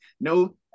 No